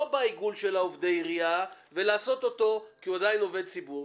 בעיגול של עובדי עירייה ולעשות אותו עדיין עובד ציבור,